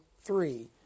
three